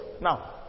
Now